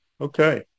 Okay